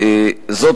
זאת,